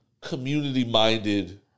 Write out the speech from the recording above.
community-minded